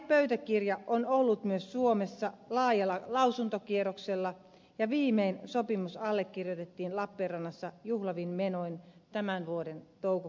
aiepöytäkirja on ollut myös suomessa laajalla lausuntokierroksella ja viimein sopimus allekirjoitettiin lappeenrannassa juhlavin menoin tämän vuoden toukokuussa